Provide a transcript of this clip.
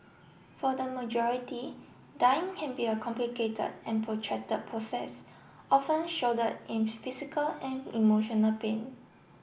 for the majority dying can be a complicated and protracted process often shrouded in physical and emotional pain